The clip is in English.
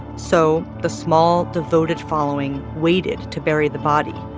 so the small, devoted following waited to bury the body.